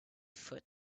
foot